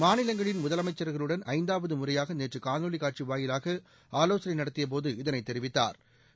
மாநிலங்களின் முதலமைச்சா்களுடன் ஐந்தாவது முறையாக நேற்று காணொலி காட்சி வாயிலாக ஆலோசனை நடத்திய போது இதனை தெரிவித்தாா்